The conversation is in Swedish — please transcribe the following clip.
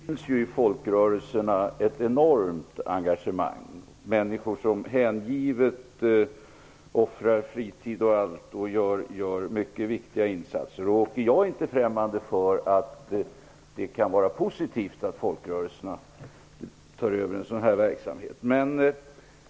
I folkrörelserna finns det ett enormt engagemang. Det finns människor som hängivet offrar fritid och allt möjligt annat och som gör mycket viktiga insatser. Jag är inte främmande för att det kan vara positivt att folkrörelserna tar över en sådan här verksamhet.